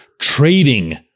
trading